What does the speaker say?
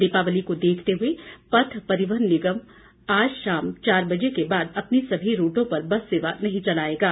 दीपावली को देखते हुए पथ परिवहन निगम आज शाम चार बजे के बाद अपने सभी रूटों पर बस सेवा नहीं चलाएंगा